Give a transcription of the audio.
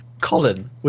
Colin